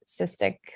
cystic